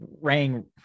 rang